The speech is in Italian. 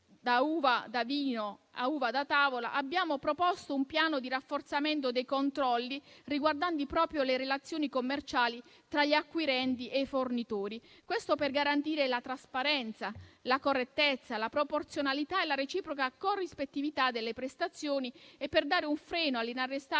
da uva da vino a uva da tavola, abbiamo proposto un piano di rafforzamento dei controlli riguardanti proprio le relazioni commerciali tra gli acquirenti e i fornitori. Ciò per garantire la trasparenza, la correttezza, la proporzionalità e la reciproca corrispettività delle prestazioni e per dare un freno all'inarrestabile